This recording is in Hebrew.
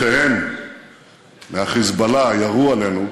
להזכיר לנו,